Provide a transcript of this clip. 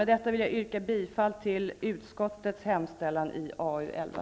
Med detta vill jag yrka bifall till utskottets hemställan i AU11.